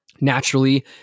Naturally